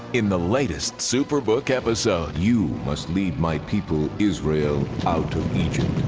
in the latest superbook episode. you must lead my people, israel, out of egypt.